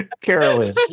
Carolyn